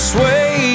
Sway